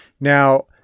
Now